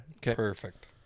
Perfect